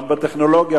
גם בטכנולוגיה,